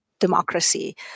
democracy